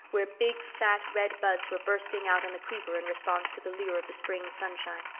where big fat red buds were bursting out on the creeper in response to the lure of the spring sunshine.